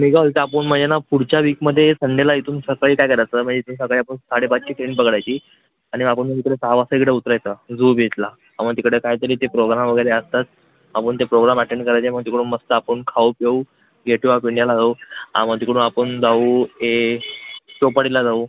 मी काय बोलतो आपण मग ना पुढच्या वीकमध्ये संडेला इथून सकाळी काय करायचं मग इथून सकाळी आपण साडे पाचची ट्रेन पकडायची आणि आपण मग इकडे सहा वाजता इकडे उतरायचं जुहू बीचला मग तिकडे काहीतरी ते प्रोग्राम वगैरे असतात आपण ते प्रोग्राम अटेंड करायचे मग तिकडून मस्त आपण खाऊ पिऊ गेटवे ऑफ इंडियाला जाऊ आं मग तिकडून आपण जाऊ हे चौपाटीला जाऊ